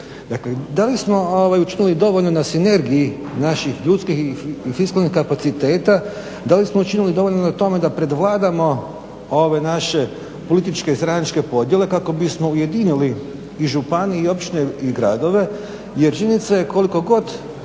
Dakle, da li smo učinili dovoljno na sinergiji naših ljudskih i fiskalnih kapaciteta? Da li smo učinili dovoljno na tome da prevladamo ove naše političke i stranačke podjele kako bismo ujedinili i županije i općine i gradove? Jer činjenica je koliko god